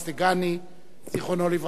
זיכרונו לברכה, ואנחנו